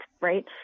right